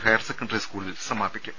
higher secondary സ്കൂളിൽ സമാപിക്കും